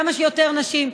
כמה שיותר נשים,